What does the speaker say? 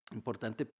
importante